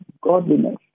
Godliness